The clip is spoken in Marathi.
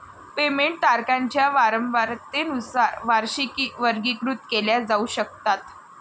पेमेंट तारखांच्या वारंवारतेनुसार वार्षिकी वर्गीकृत केल्या जाऊ शकतात